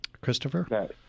Christopher